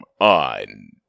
on